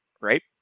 right